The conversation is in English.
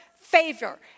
favor